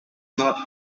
not